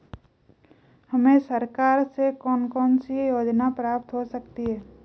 हमें सरकार से कौन कौनसी योजनाएँ प्राप्त हो सकती हैं?